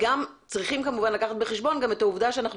צריכים גם לקחת בחשבון את העובדה שאנחנו